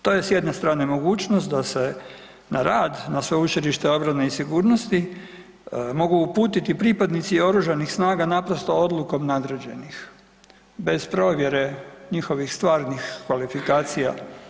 To je s jedne strane mogućnost da se na rad na Sveučilište obrane i sigurnosti mogu uputiti pripadnici oružanih snaga naprosto odlukom nadređenih bez provjere njihovih stvarnih kvalifikacija.